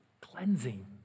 Cleansing